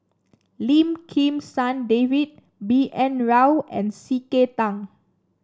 Lim Kim San David B N Rao and C K Tang